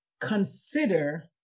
consider